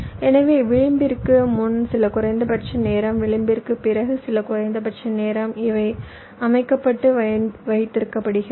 எனவே விளிம்பிற்கு முன் சில குறைந்தபட்ச நேரம் விளிம்பிற்குப் பிறகு சில குறைந்தபட்ச நேரம் இவை அமைக்கப்பட்டு வைத்திருக்கப்படுகிறது